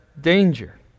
danger